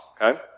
Okay